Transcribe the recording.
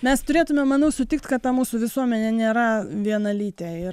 mes turėtumėm manau sutikt kad ta mūsų visuomenė nėra vienalytė ir